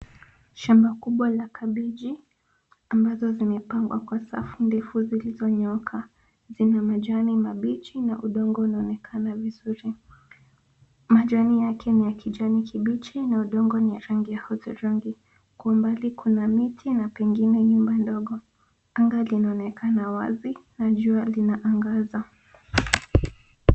Shamba kubwa la kabeji ambazo zimepandwa kwa safu ndefu zilizonyooka zina majani mabichi na udongo unaonekana vizuri. Majani yake ni ya kijani kibichi na udongo ni ya rangi ya udhurungi. Kwa umbali, kuna miti na pengine nyumba ndogo. Anga linaonekana wazi na jua linaangaza.